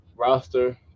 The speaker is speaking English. roster